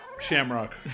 shamrock